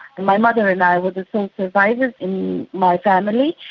and my mother and i were the sole survivors in my family.